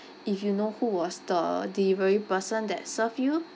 if you know who was the delivery person that served you